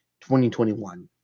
2021